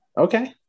Okay